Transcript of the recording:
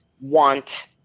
want